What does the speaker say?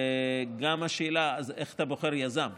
וגם השאלה: אז איך אתה בוחר יזם?